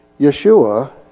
Yeshua